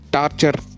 Torture